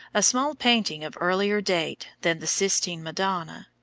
a small painting of earlier date than the sistine madonna.